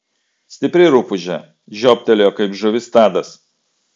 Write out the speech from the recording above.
stipri rupūžė žiobtelėjo kaip žuvis tadas